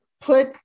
put